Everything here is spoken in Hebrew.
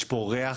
יש פה ריח,